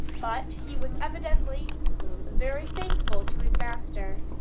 but he was evidently very faithful to his master.